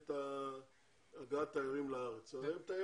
את הגעת התיירים לארץ, הרי הם תיירים.